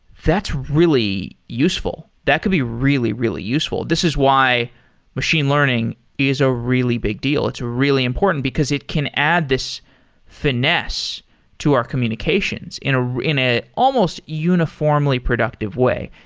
that's really useful. that could be really, really useful. this is why machine learning is a really big deal. it's really important, because it can add this finesse to our communications in ah an ah almost uniformly, productive way.